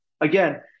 again